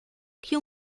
que